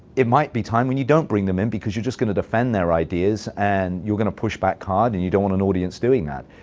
it might be a time when you don't bring them in because you're just going to defend their ideas, and you're going to push back hard, and you don't want an audience doing that.